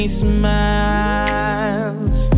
smiles